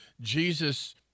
Jesus